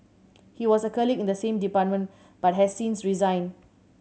he was a colleague in the same department but has since resigned